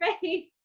face